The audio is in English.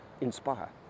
inspire